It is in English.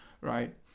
right